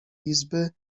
izby